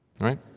Right